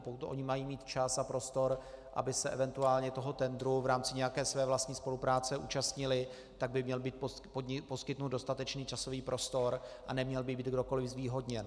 Pokud oni mají mít čas a prostor, aby se eventuálně toho tendru v rámci nějaké své vlastní spolupráce účastnili, tak by měl být poskytnut dostatečný časový prostor a neměl by být kdokoli zvýhodněn.